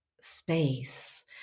space